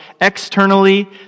externally